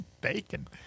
bacon